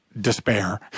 despair